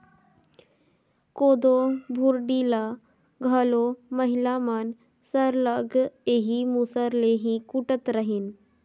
कोदो भुरडी ल घलो महिला मन सरलग एही मूसर ले ही कूटत रहिन